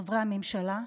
חברי הממשלה,